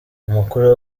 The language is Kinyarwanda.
amakuru